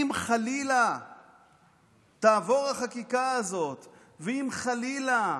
אם חלילה תעבור החקיקה הזאת ואם חלילה